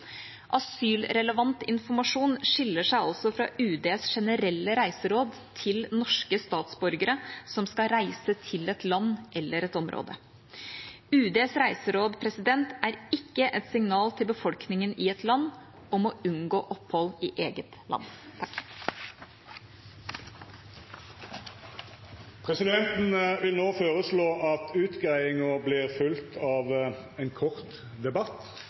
Asylrelevant informasjon skiller seg altså fra UDs generelle reiseråd til norske statsborgere som skal reise til et land eller et område. UDs reiseråd er ikke et signal til befolkningen i et land om å unngå opphold i eget land. Presidenten vil no føreslå at utgreiingane vert følgde av ein kort debatt,